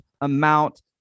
amount